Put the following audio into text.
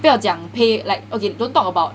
不要讲 pay like okay don't talk about